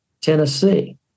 Tennessee